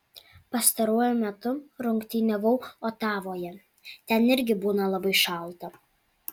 pastaruoju metu rungtyniavau otavoje ten irgi būna labai šalta